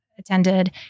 attended